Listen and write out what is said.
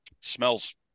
smells